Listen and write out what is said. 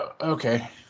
okay